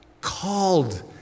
Called